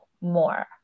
more